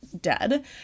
dead